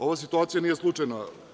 Ova situacija nije slučajna.